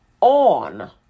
on